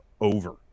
over